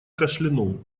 кашлянул